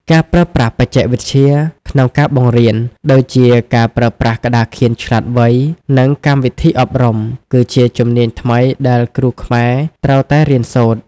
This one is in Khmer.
ការប្រើប្រាស់បច្ចេកវិទ្យាក្នុងការបង្រៀន ដូចជាការប្រើប្រាស់ក្តារខៀនឆ្លាតវៃ និងកម្មវិធីអប់រំ គឺជាជំនាញថ្មីដែលគ្រូខ្មែរត្រូវតែរៀនសូត្រ។